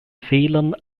fehlern